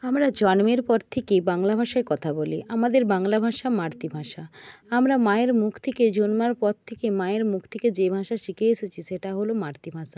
আমরা জন্মের পর থেকে বাংলা ভাষায় কথা বলি আমাদের বাংলা ভাষা মাতৃভাষা আমরা মায়ের মুখ থেকে জন্মানোর পর থেকে মায়ের মুখ থেকে যে ভাষা শিখে এসেছি সেটা হলো মাতৃভাষা